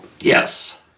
Yes